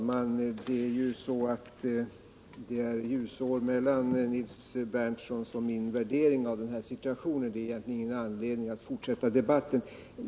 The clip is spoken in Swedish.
Herr talman! Det är ljusår mellan Nils Berndtsons och min värdering av den här situationen. Det finns ingen anledning att fortsätta debatten.